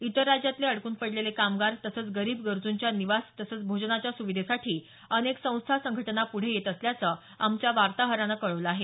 इतर राज्यातले अडकून पडलेले कामगार तसंच गरीब गरजूंच्या निवास तसंच भोजनाच्या सुविधेसाठी अनेक संस्था संघटना पुढे येत असल्याचं आमच्या वार्ताहरानं कळवलं आहे